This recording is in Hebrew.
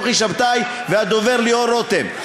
כוכי שבתאי והדובר ליאור רותם.